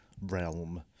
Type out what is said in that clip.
realm